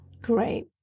Great